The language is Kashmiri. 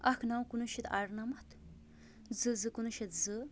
اکھ نَو کُنہٕ وُہ شَتھ اَرنَمَتھ زٕ زٕ کُنہٕ وُہ شَتھ زٕ